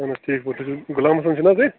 اَہن حظ ٹھیٖک پٲٹھۍ تُہۍ چھُو غلام حسن چھُو نا تُہۍ